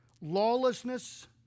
lawlessness